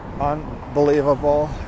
unbelievable